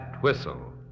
Whistle